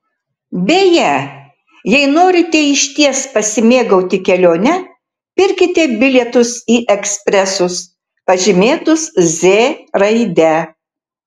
beje jei norite išties pasimėgauti kelione pirkite bilietus į ekspresus pažymėtus z raide